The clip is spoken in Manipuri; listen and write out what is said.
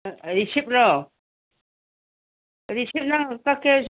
ꯔꯤꯁꯤꯞꯂꯣ ꯔꯤꯁꯤꯞ ꯅꯪ ꯀꯛꯀꯦ ꯍꯥꯏꯔꯁꯨ